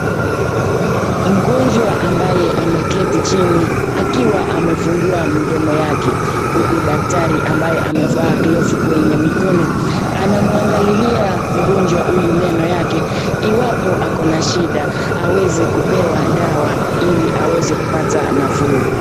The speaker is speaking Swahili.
Mgonjwa ambaye ameketi chini akiwa amefungua mdomo wake huku daktari ambaye amevaa glovu anamuangalilia mgonjwa ili kuona kama kuna shida ili kumpa dawa ili aweze kupata nafuu.